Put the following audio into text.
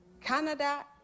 Canada